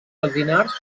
alzinars